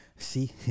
see